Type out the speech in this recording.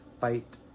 Fight